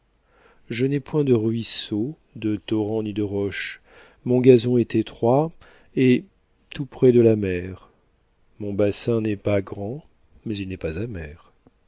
je n'ai point de ruisseau de torrent ni de roche mon gazon est étroit et tout près de la mer mon bassin n'est pas grand mais il n'est pas amer